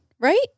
right